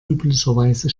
üblicherweise